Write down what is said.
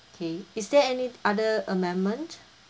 okay is there any other amendment